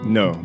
no